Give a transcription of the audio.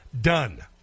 Done